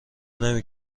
نمی